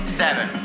seven